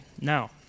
now